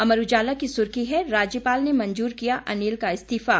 अमर उजाला की सुर्खी है राज्यपाल ने मंजूर किया अनिल का इस्तीफा